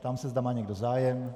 Ptám se, zda má někdo zájem.